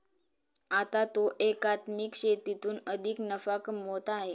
आता तो एकात्मिक शेतीतून अधिक नफा कमवत आहे